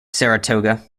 saratoga